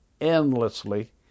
endlessly